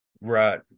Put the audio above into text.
Right